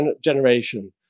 generation